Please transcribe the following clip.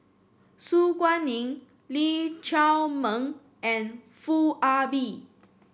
Su Guaning Lee Chiaw Meng and Foo Ah Bee